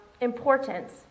importance